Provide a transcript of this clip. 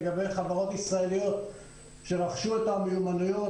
לגבי חברות ישראליות שרכשו את המיומנויות